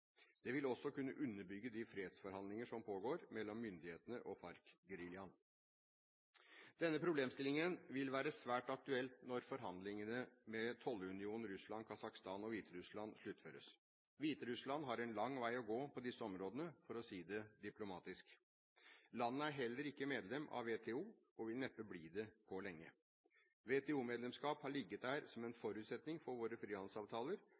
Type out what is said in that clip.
Det vil også kunne underbygge de fredsforhandlingene som pågår mellom myndighetene og FARC-geriljaen. Denne problemstillingen vil være svært aktuell når forhandlingene med tollunionen Russland, Kasakhstan og Hviterussland sluttføres. Hviterussland har en lang vei å gå på disse områdene, for å si det diplomatisk. Landet er heller ikke medlem av WTO og vil neppe bli det på lenge. WTO-medlemskap har ligget der som en forutsetning for våre frihandelsavtaler,